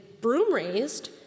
broom-raised